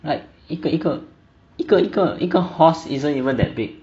like 一个一个一个一个一个 horse isn't even that big